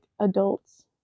adults